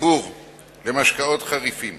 משקאות חריפים לציבור.